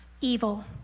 evil